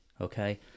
okay